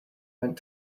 went